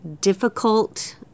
difficult